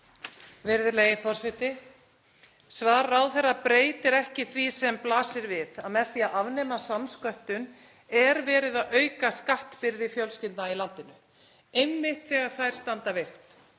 Virðulegi forseti. Svar ráðherra breytir ekki því sem blasir við, að með því að afnema samsköttun er verið að auka skattbyrði fjölskyldna í landinu einmitt þegar þær standa veikt.